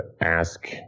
ask